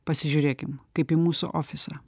pasižiūrėkim kaip į mūsų ofisą